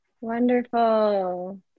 Wonderful